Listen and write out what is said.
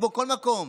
כמו בכל מקום.